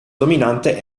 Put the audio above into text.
dominante